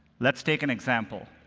let's take an example.